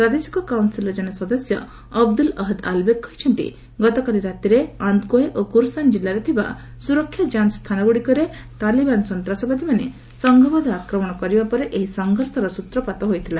ପ୍ରାଦେଶିକ କାଉନସିଲର ଜଣେ ସଦସ୍ୟ ଅବଦୁଲ ଅହଦ୍ ଆଲବେଗ କହିଛନ୍ତି ଗତକାଳି ରାତିରେ ଆନ୍ଦକୋଓ ଓ କୁରସାନ ଜିଲ୍ଲାରେ ଥିବା ସୁରକ୍ଷା ଯାଞ୍ଚ ସ୍ଥାନଗୁଡିକରେ ତାଲିବାନ ଆତଙ୍କବାଦୀମାନେ ସଂଘବଦ୍ଧ ଆକ୍ରମଣ କରିବା ପରେ ଏହି ସଂଘର୍ଷର ସ୍ନତ୍ରପାତ ହୋଇଥିଲା